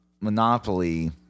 Monopoly